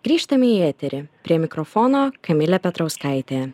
grįžtame į eterį prie mikrofono kamilė petrauskaitė